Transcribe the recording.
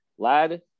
Lad